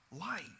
light